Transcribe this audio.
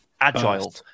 agile